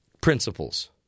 principles